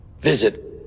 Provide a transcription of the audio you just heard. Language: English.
visit